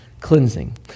cleansing